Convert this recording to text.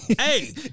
hey